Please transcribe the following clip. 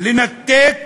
לנתק